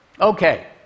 Okay